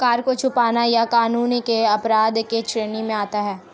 कर को छुपाना यह कानून के अपराध के श्रेणी में आता है